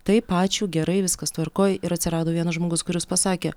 taip ačiū gerai viskas tvarkoj ir atsirado vienas žmogus kuris pasakė